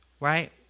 Right